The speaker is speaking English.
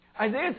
Isaiah